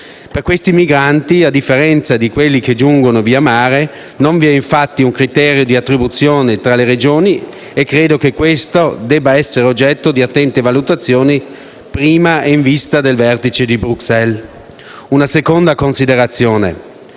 Per questi migranti, a differenza di quelli che giungono via mare, non vi è infatti un criterio di attribuzione tra le Regioni e credo che questo debba essere oggetto di attente valutazioni prima e in vista del vertice di Bruxelles. Una seconda considerazione